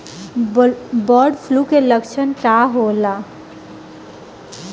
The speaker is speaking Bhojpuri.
बर्ड फ्लू के लक्षण का होला?